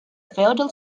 feudal